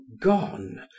gone